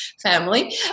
Family